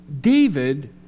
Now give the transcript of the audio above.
David